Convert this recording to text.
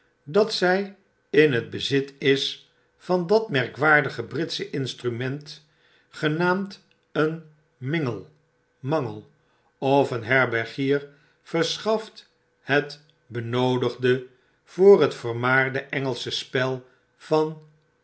dat zy in het bezit is van dat merkwaardige britsche instrument genaamd een mingle mangel of een herbergier verscbaft het benoodigde voor het vermaarde engelsche spel van